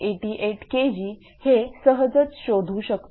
88 Kgहे सहजच शोधू शकतो